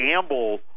gamble